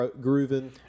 grooving